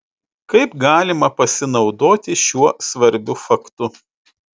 kaip galima pasinaudoti šiuo svarbiu faktu